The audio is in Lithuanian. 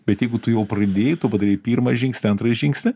bet jeigu tu jau pradėjai tu padarei pirmą žingsnį antrą žingsnį